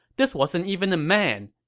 this wasn't even a man.